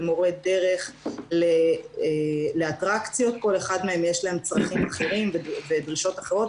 למורה דרך לאטרקציות כל אחד מהם יש להם צרכים בכירים ודרישות אחרות,